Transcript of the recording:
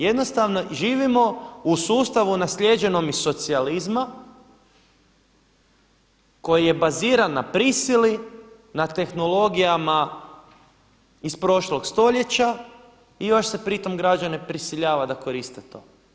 Jednostavno živimo u sustavu naslijeđenom iz socijalizma koji je baziran na prisili, na tehnologijama iz prošlog stoljeća i još se pri tome građane prisiljava da koriste to.